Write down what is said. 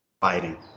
fighting